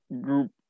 group